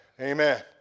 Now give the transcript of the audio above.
Amen